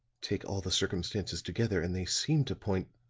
take all the circumstances together and they seem to point